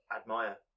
admire